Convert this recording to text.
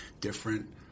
different